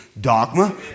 dogma